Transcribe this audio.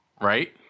Right